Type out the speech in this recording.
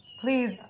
Please